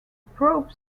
probe